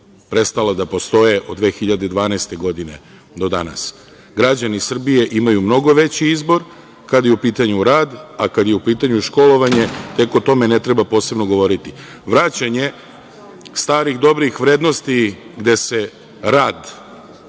prestala da postoje od 2012. godine do danas. Građani Srbije imaju mnogo veći izbor kada je u pitanju rad, a kada je u pitanju školovanje tek o tome ne treba posebno govoriti. Vraćanje starih dobrih vrednosti gde se rad